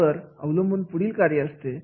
त्यावर अवलंबून पुढील कार्य असते